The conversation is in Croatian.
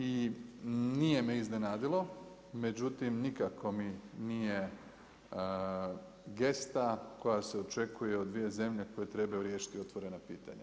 I nije me iznenadilo, međutim nikako mi nije gesta koja se očekuje od dvije zemlje koje trebaju riješiti otvorena pitanja.